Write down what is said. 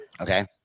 Okay